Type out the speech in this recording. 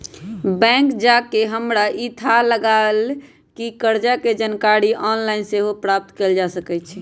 bank जा कऽ हमरा इ थाह लागल कि कर्जा के जानकारी ऑनलाइन सेहो प्राप्त कएल जा सकै छै